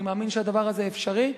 אני מאמין שהדבר הזה אפשרי.